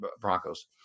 Broncos